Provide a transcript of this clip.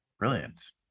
brilliant